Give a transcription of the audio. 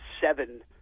seven